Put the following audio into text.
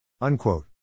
Unquote